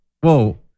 whoa